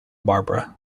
barbara